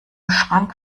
schrank